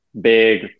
Big